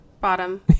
bottom